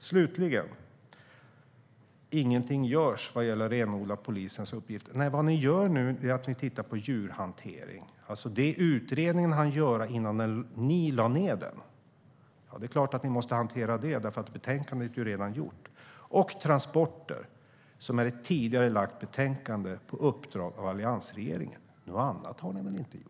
Slutligen, när det gäller att ingenting görs för att renodla polisens uppgifter: Vad ni gör nu, Elin Lundgren, är att titta på djurhantering, det vill säga det som utredningen hann göra innan ni lade ned den. Det är klart att ni måste hantera det - betänkandet är ju redan skrivet. Och ni tittar på transporter utifrån ett betänkande där alliansregeringen tidigare har lagt ett uppdrag. Något annat har ni väl inte gjort?